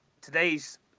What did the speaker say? today's